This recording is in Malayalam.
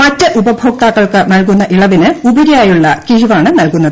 മറ്റ് ഉപഭോക്താക്കൾക്ക് നൽകുന്ന ഇളവിന് ഉപരിയായുള്ള കീഴിവാണ് നൽകുന്നത്